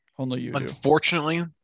Unfortunately